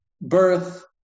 birth